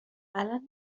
الان